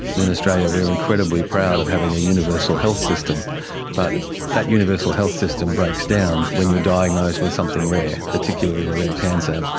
in australia we're incredibly proud of having a universal health system but that universal health system breaks down when you're diagnosed with something rare, particularly a rare cancer.